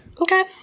Okay